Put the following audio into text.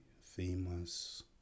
famous